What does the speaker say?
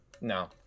No